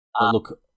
Look